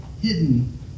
hidden